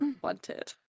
wanted